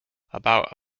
about